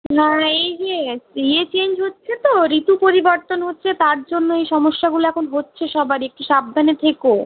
না এই যে ইয়ে চেঞ্জ হচ্ছে তো ঋতু পরিবর্তন হচ্ছে তার জন্য এই সমস্যাগুলো এখন হচ্ছে সবারই একটু সাবধানে থেকো